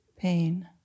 Pain